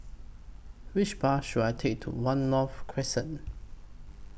Which Bus should I Take to one North Crescent